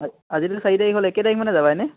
আজিতো চাৰি তাৰিখ হ'লেই কেই তাৰিখ মানে যাবা এনে